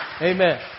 Amen